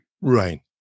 Right